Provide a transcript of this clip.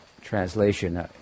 Translation